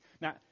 Now